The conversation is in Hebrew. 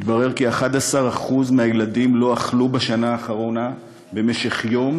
מתברר כי 11% מהילדים לא אכלו בשנה האחרונה במשך יום,